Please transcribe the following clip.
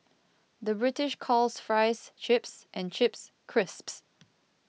the British calls Fries Chips and Chips Crisps